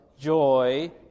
joy